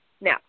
Now